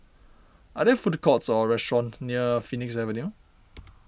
are there food courts or restaurants near Phoenix Avenue